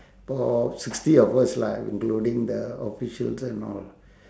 about sixty of us lah including the officials and all